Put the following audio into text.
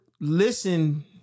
listen